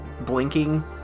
blinking